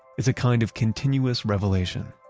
is a kind of continuous revelation.